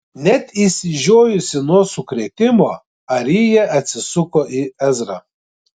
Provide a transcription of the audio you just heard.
net išsižiojusi nuo sukrėtimo arija atsisuko į ezrą